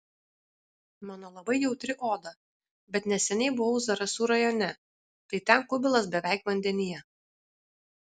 mano labai jautri oda bet neseniai buvau zarasų rajone tai ten kubilas beveik vandenyje